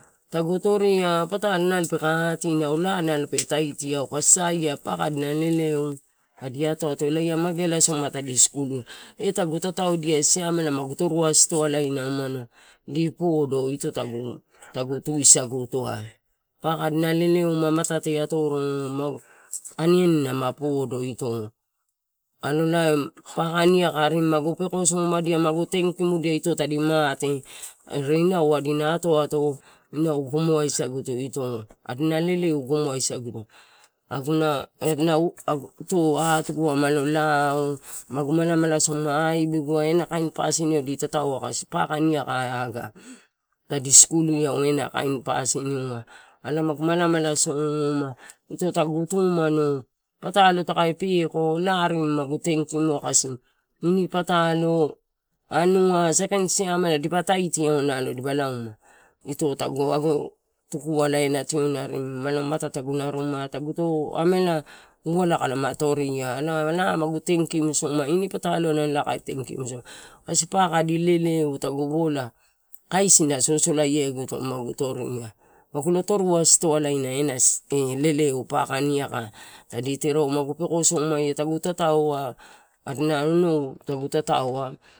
Tagu toria pitalo naio peka hatinau laa nalo pe taitiau, kasi saia paka dai leleu adi atoato ia mageala soma tadi skuluia. Eh tagu tataodia siamela maguastoalaina umano di podo tagu tusaguto ai paka adina leleu mamatate atoro magu, aniani ma podogito alolai paka, niaka magu pekoamadia magu tenkimdia ito tadi mate. Are inau adi atoato inau gomo asaguto ito. Adina leleu gomoa saguto oguna adina ito atugua malo lao, magu malamala soma, aibiguai ena kain pasiniua di tata oa kasi paka, niaka aga, tadi skuluia ena kain pasin-lua, elae magu malamala soma ito tagu tu umano patalo takae, laa arimi magu tenkimua kasi ini patalo, anua saikaini stalema dipa taitio, dipa lauma ito tagu tukuala elae ena tioni arimi mala ma matete ito aguna rumai ito taguto amelau kaelo toria, elae laa magu tenkimu somaia ini pataloai ela kae tenkimu somaia, kasi paka adi leleu tagu bola, kaisina sosoladiediato magu toria magu toru astoalaina leleu en paka, niaka tadi tereau magu pekosomaia tagu tataoa adina onou tataoa.